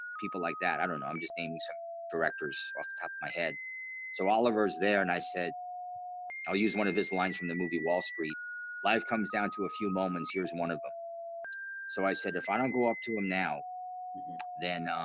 people like that, i don't know i'm just naming some directors off the top of my head so oliver's there and i said i'll use one of his lines from the movie wall street life comes down to a few moments here's one of them ah so i said if i don't go up to him now then um